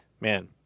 man